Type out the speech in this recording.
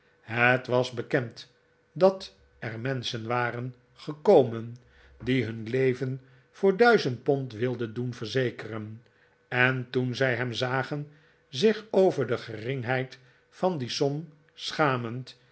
het was bekend dat er menschen waren gekomen die hun leven voor duizend pond wilden doen verzekeren en toen zij hem zagen zich over de geringheid van die som schamend